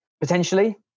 potentially